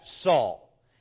Saul